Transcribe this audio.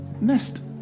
nest